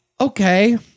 Okay